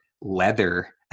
leather